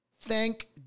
Thank